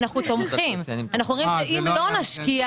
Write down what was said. אם לא נשקיע